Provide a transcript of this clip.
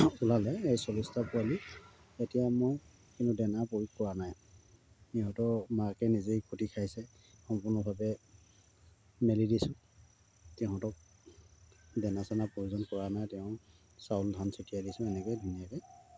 ওলালে এই চল্লিছটা পোৱালি এতিয়া মই কিন্তু দানা প্ৰয়োগ কৰা নাই সিহঁতৰ মাকে নিজেই খুটি খাইছে সম্পূৰ্ণভাৱে মেলি দিছোঁ সিহঁতক দানা চেনা প্ৰয়োজন কৰা নাই তেওঁ চাউল ধান ছটিয়াই দিছোঁ এনেকৈয়ে ধুনীয়াকৈ